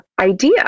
idea